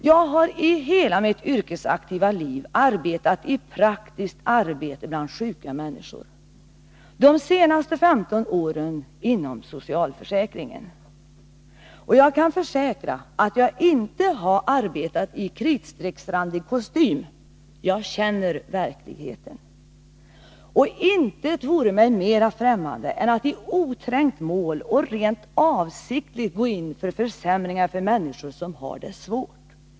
Jag har i hela mitt yrkesaktiva liv arbetat i praktiskt arbete bland sjuka människor, de senaste femton åren inom socialförsäkringen. Och jag kan försäkra att jag inte har arbetat i kritstrecksrandig kostym. Jag känner verkligheten. Intet vore mig mer främmande än att i oträngt mål och rent avsiktligt gå in för försämringar för människor som har det svårt.